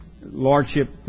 lordship